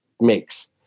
makes